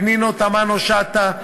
פנינה תמנו-שטה,